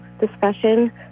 discussion